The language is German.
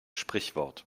sprichwort